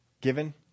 given